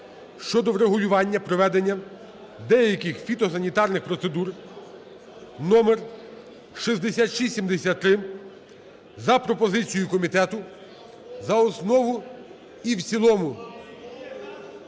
щодо врегулювання проведення деяких фітосанітарних процедур (№ 6673) за пропозицією комітету за основу і в цілому.